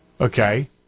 Okay